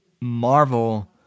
Marvel